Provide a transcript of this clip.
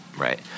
Right